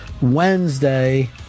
Wednesday